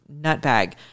nutbag